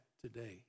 today